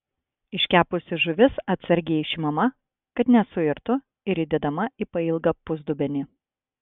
iškepusi žuvis atsargiai išimama kad nesuirtų ir įdedama į pailgą pusdubenį